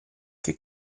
che